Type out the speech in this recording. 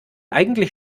eigentlich